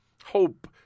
Hope